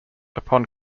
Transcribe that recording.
upon